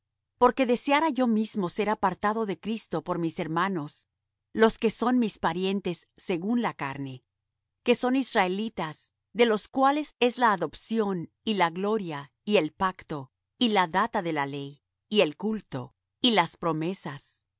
porque deseara yo mismo ser apartado de cristo por mis hermanos los que son mis parientes según la carne que son israelitas de los cuales es la adopción y la gloria y el pacto y la data de la ley y el culto y las promesas